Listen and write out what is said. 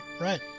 right